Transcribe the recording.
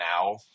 now